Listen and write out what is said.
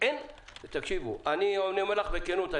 אני אומר לך בכנות,